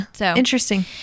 interesting